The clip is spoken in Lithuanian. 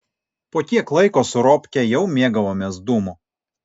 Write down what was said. po kiek laiko su robke jau mėgavomės dūmu